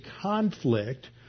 conflict